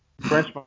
French